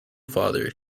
father